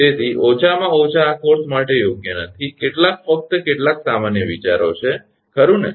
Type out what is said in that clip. તેથી ઓછામાં ઓછા આ કોર્સ માટે યોગ્ય નથી કેટલાક ફક્ત કેટલાક સામાન્ય વિચારો છે ખરુ ને